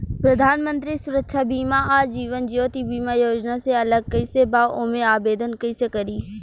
प्रधानमंत्री सुरक्षा बीमा आ जीवन ज्योति बीमा योजना से अलग कईसे बा ओमे आवदेन कईसे करी?